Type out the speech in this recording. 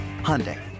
Hyundai